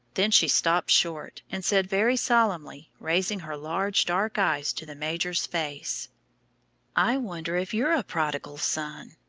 then she stopped short, and said very solemnly, raising her large dark eyes to the major's face i wonder if you're a prodigal son.